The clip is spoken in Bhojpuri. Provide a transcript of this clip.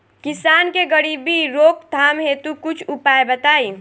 किसान के गरीबी रोकथाम हेतु कुछ उपाय बताई?